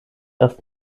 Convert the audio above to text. erst